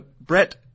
Brett